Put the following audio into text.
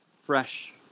fresh